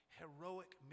heroic